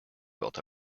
built